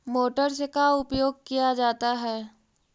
Motor से का उपयोग क्या जाता है?